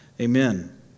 amen